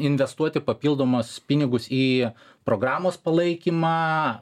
investuoti papildomus pinigus į programos palaikymą